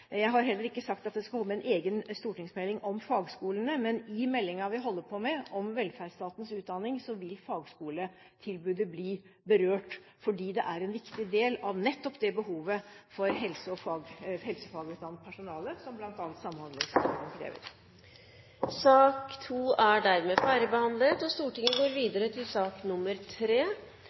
Jeg har heller ikke sagt at det skal komme en egen stortingsmelding om fagskolene. Men i meldingen vi holder på med om velferdsstatens utdanning, vil fagskoletilbudet bli berørt fordi det er en viktig del av nettopp det behovet for helsefagutdannet personale som bl.a. Samhandlingsreformen krever. Dermed er debatten i sak nr. 2 avsluttet. Fagskoleutdanningen er en viktig og